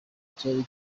cyari